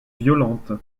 violente